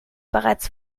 bereits